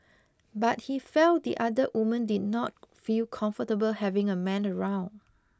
but he felt the other women did not feel comfortable having a man around